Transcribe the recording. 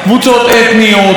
קבוצות אתניות,